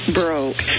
broke